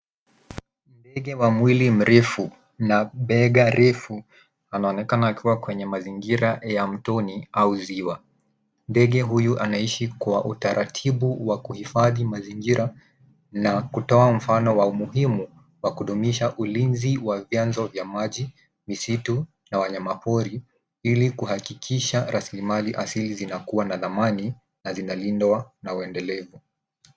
Ndege wa mwili mrefu na bega refu wanaonekana wakiwa kwenye mazingira ya mtoni au ziwa. Ndege huyu anaishi kwa utaratibu wa kuhifadhi mazingira na kutoa mfano wa umuhimu wa kudumisha ulinzi wa vianzo vya maji, misitu na wanyamapori ili kuhakikisha raslimali asili zinakua na dhamani na zinalindwa na uendelevu.